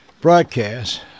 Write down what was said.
broadcast